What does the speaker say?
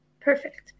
Perfect